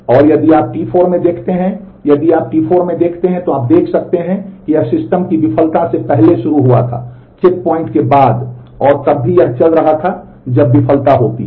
और यदि आप T4 में देखते हैं यदि आप T4 में देखते हैं तो आप देख सकते हैं कि यह सिस्टम की विफलता से पहले शुरू हुआ था चेकपॉइंट के बाद और यह तब भी चल रहा था जब विफलता होती है